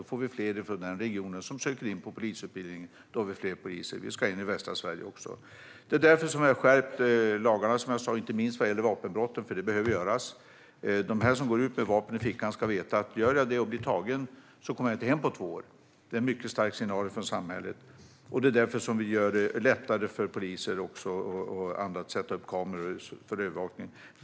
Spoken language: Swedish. Då får vi fler från den regionen som söker in på polisutbildning, och så får vi fler poliser. Vi ska in i västra Sverige också. Vi har skärpt lagarna, som jag sa, inte minst vad gäller vapenbrotten, för det behöver göras. De som går ut med vapen i fickan ska veta att de inte kommer hem på två år om de blir tagna. Det är en mycket stark signal från samhället. Vi gör det också lättare för poliser och andra att sätta upp kameror för övervakning.